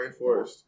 rainforest